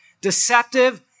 deceptive